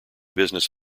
business